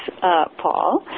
Paul